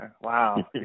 Wow